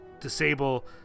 disable